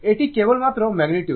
এটি কেবল মাত্র ম্যাগনিটিউড